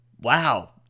Wow